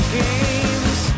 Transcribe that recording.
games